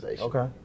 okay